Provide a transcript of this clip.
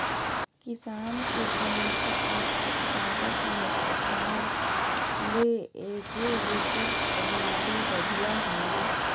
किसान के सहायता आर उत्पादन में सुधार ले एग्रीबोट्स प्रणाली बढ़िया हय